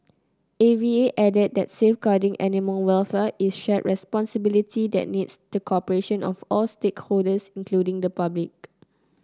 A V A added that safeguarding animal welfare is a shared responsibility that needs the cooperation of all stakeholders including the public